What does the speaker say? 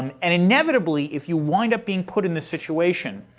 um and inevitably, if you wind up being put in this situation,